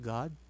God